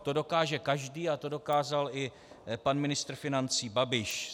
To dokáže každý a to dokázal i pan ministr financí Babiš.